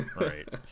right